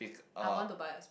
I want to buy a